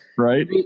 Right